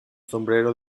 sombrero